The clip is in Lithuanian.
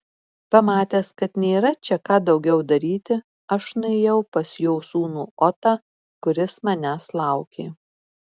pamatęs kad nėra čia ką daugiau daryti aš nuėjau pas jo sūnų otą kuris manęs laukė